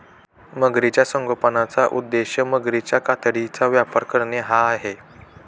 मगरीच्या संगोपनाचा उद्देश मगरीच्या कातडीचा व्यापार करणे हा आहे